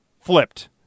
flipped